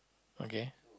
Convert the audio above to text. okay